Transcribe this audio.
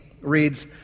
reads